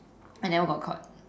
I never got caught